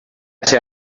ese